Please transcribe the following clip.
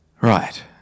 Right